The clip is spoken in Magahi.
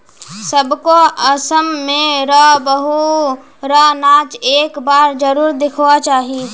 सबको असम में र बिहु र नाच एक बार जरुर दिखवा चाहि